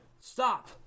Stop